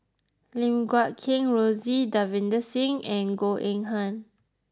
Lim Guat Kheng Rosie Davinder Singh and Goh Eng Han